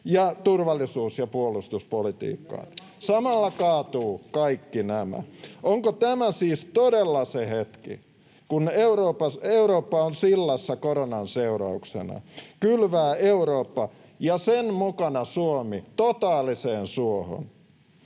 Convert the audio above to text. ja turvallisuus- ja puolustuspolitiikkaan. [Toimi Kankaanniemen välihuuto] Samalla kaatuvat kaikki nämä. Onko tämä siis todella se hetki — kun Eurooppa on sillassa koronan seurauksena — kylvää Eurooppa ja sen mukana Suomi totaaliseen suohon?